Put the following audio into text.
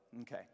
Okay